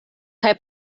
kaj